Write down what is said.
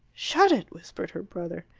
shut it, whispered her brother.